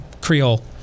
Creole